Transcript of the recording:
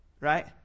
right